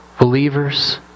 believers